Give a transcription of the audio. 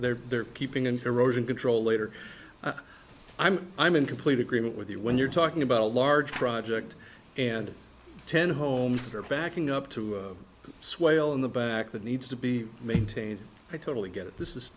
there they're peeping into erosion control later i'm i'm in complete agreement with you when you're talking about a large project and ten homes that are backing up to swale in the back that needs to be maintained i totally get it this is